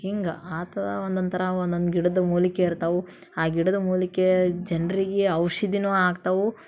ಹಿಂಗೆ ಆ ಥರ ಒಂದೊಂದು ಥರ ಒಂದೊಂದು ಗಿಡದ ಮೂಲಿಕೆ ಇರ್ತಾವೆ ಆ ಗಿಡದ ಮೂಲಿಕೆ ಜನರಿಗೆ ಔಷಧಿಯೂ ಆಗ್ತವೆ